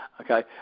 okay